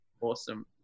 awesome